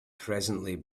presently